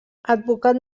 advocat